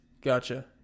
Gotcha